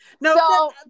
No